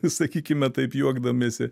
sakykime taip juokdamiesi